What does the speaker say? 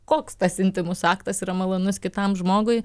koks tas intymus aktas yra malonus kitam žmogui